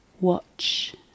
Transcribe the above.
watch